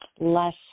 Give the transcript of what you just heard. less